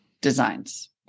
designs